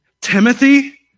Timothy